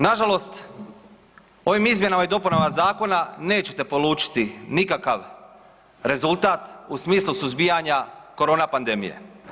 Nažalost ovim izmjenama i dopunama zakona nećete polučiti nikakav rezultat u smislu suzbijanja korona pandemije.